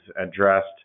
addressed